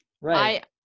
Right